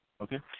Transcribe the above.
okay